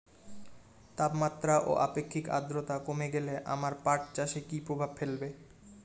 তাপমাত্রা ও আপেক্ষিক আদ্রর্তা কমে গেলে আমার পাট চাষে কী প্রভাব ফেলবে?